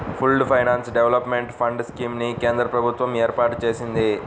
pooled finance development fund scheme ని కేంద్ర ప్రభుత్వం ఏర్పాటు చేసింది